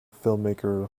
filmmaker